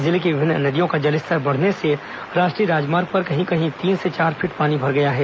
जिले की विभिन्न नदियों का जलस्तर बढ़ने से राष्ट्रीय राजमार्ग पर कहीं कहीं तीन से चार फीट पानी भर गया है